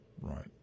Right